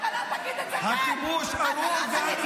אתה לא תגיד "כיבוש ארור".